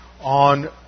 on